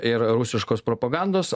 ir rusiškos propagandos